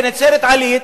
בנצרת-עילית,